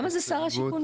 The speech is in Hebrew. למה זה שר הבינוי השיכון?